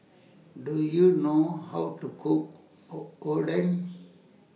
Do YOU know How to Cook Oden